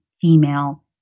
female